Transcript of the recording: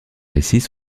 récits